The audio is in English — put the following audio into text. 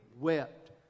wept